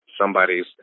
somebody's